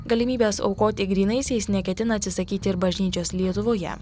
galimybės aukoti grynaisiais neketina atsisakyti ir bažnyčios lietuvoje